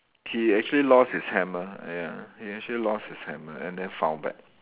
he actually lost his hammer ya he actually lost his hammer and then found back